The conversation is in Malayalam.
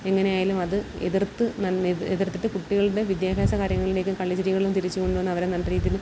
എങ്ങനെ ആയാലും അത് എതിർത്ത് എതിർത്തിട്ട് കുട്ടികളുടെ വിദ്യാഭ്യാസ കാര്യങ്ങൾളിലേക്ക് കളി ചിരികളും തിരിച്ച് കൊണ്ടുവന്ന് അവരെ നല്ല രീതിയിലും